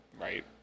Right